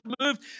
moved